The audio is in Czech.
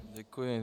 Děkuji.